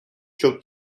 çok